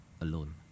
alone